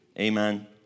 Amen